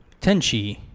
Tenchi